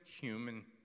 human